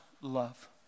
love